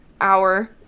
hour